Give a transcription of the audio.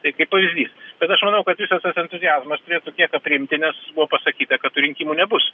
tai kaip pavyzdys bet aš manau kad visas tas entuziazmas turėtų kiek aprimti nes buvo pasakyta kad tų rinkimų nebus